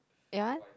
your one